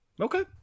Okay